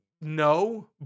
no